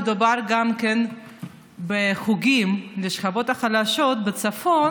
מדובר גם בחוגים לשכבות החלשות בצפון,